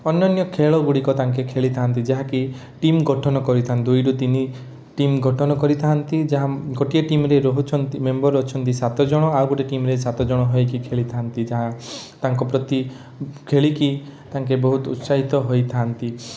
ଅନ୍ୟାନ୍ୟ ଖେଳଗୁଡ଼ିକ ତାଙ୍କେ ଖେଳିଥାନ୍ତି ଯାହାକି ଟିମ ଗଠନ କରିଥାନ୍ତି ଦୁଇରୁ ତିନି ଟିମ ଗଠନ କରିଥାନ୍ତି ଯାହା ଗୋଟିଏ ଟିମରେ ରହୁଛନ୍ତି ମେମ୍ବର ଅଛନ୍ତି ସାତଜଣ ଆଉ ଗୋଟେ ଟିମରେ ସାତଜଣ ହେଇକି ଖେଳିଥାନ୍ତି ଯାହା ତାଙ୍କ ପ୍ରତି ଖେଳିକି ତାଙ୍କେ ବହୁତ ଉତ୍ସାହିତ ହୋଇଥାନ୍ତି